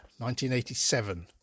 1987